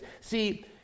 See